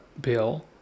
bill